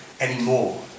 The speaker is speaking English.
anymore